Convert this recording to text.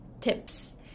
tips